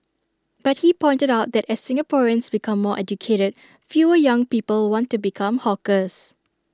but he pointed out that as Singaporeans become more educated fewer young people want to become hawkers